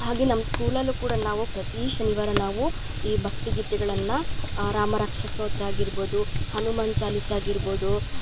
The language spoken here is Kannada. ಹಾಗೆ ನಮ್ಮ ಸ್ಕೂಲಲ್ಲು ಕೂಡ ನಾವು ಪ್ರತೀ ಶನಿವಾರ ನಾವು ಈ ಭಕ್ತಿ ಗೀತೆಗಳನ್ನು ರಾಮರಕ್ಷಾ ಸ್ತೋತ್ರ ಆಗಿರ್ಬೋದು ಹನುಮಾನ್ ಚಾಲಿಸ್ ಆಗಿರ್ಬೋದು